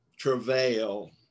Travail